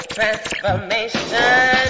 Transformation